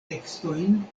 tekstojn